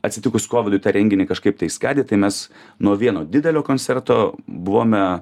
atsitikus kovidui tą renginį kažkaip tai išskaidė tai mes nuo vieno didelio koncerto buvome